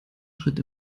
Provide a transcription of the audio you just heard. schritt